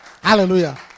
Hallelujah